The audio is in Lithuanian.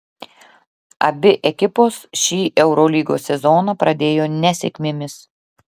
abi ekipos šį eurolygos sezoną pradėjo nesėkmėmis